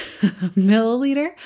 Milliliter